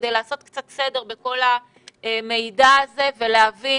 כדי לעשות קצת סדר בכל המידע הזה ולהבין